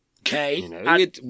Okay